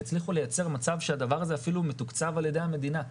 הצליחו לייצר מצב שהדבר הזה אפילו מתוקצב על ידי המדינה.